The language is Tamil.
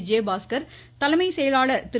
விஜயபாஸ்கர் தலைமை செயலாளர் திரு